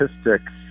statistics